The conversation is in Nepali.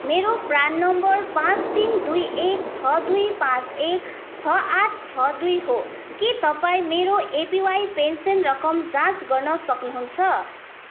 मेरो प्रान नम्बर पाँच तिन दुई एक छ दुई पाँच एक छ आठ छ दुई हो के तपाईँ मेरो एपिवाई पेन्सन रकम जाँच गर्न सक्नुहुन्छ